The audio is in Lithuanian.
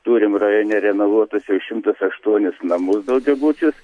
turim rajone renovuotus jau šimtas aštuonis namus daugiabučius